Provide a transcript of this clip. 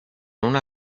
una